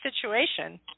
situation